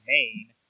Maine